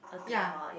ya